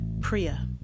priya